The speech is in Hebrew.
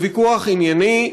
לוויכוח ענייני,